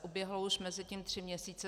Uběhly už mezitím tři měsíce.